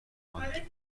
مادر